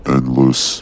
Endless